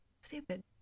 Stupid